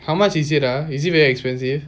how much is it ah is it very expensive